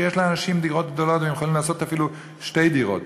שיש שם לאנשים דירות גדולות והם יכולים לעשות אפילו שתי דירות.